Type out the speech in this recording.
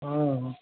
हँ